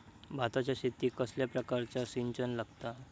भाताच्या शेतीक कसल्या प्रकारचा सिंचन लागता?